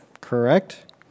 Correct